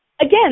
again